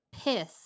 piss